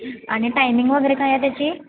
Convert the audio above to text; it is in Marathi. आणि टायमिंग वगैरे काय आहे त्याची